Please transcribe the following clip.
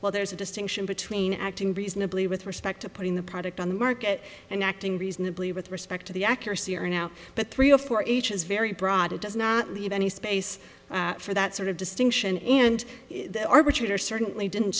well there's a distinction between acting reasonably with respect to putting the product on the market and acting reasonably with respect to the accuracy or now but three or four ages very broad it does not leave any space for that sort of distinction and the arbitrator certainly didn't